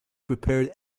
prepared